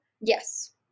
Yes